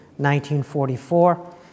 1944